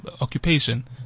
occupation